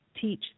teach